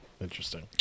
Interesting